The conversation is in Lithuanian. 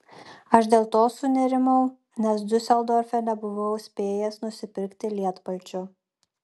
aš dėl to sunerimau nes diuseldorfe nebuvau spėjęs nusipirkti lietpalčio